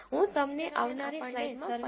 હું તમને આવનારી સ્લાઇડમાં પરિણામ બતાવીશ